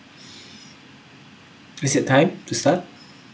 is the time to start